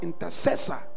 intercessor